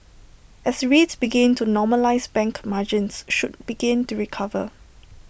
as rates begin to normalise bank margins should begin to recover